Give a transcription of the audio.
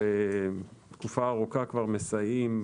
תקופה ארוכה אנו מסייעים,